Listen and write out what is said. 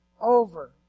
over